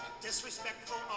disrespectful